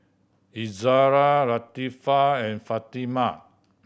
Izzara Latifa and Fatimah